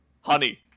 Honey